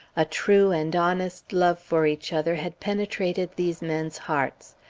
a true and honest love for each other had penetrated these men's hearts.